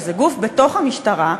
שזה גוף בתוך המשטרה,